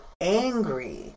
angry